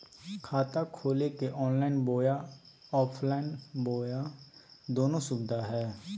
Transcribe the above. खाता खोले के ऑनलाइन बोया ऑफलाइन बोया दोनो सुविधा है?